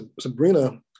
Sabrina